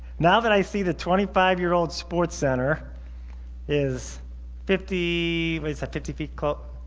now that i see the twenty five year old sportscenter is fifty it's a fifty feet cult